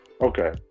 Okay